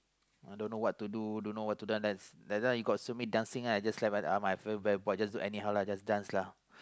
I don't know what to do don't know what to dance that that time you got see me dancing right I just lift my arms uh I feel very bored just do anyhow lah just dance lah